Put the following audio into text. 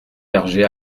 berger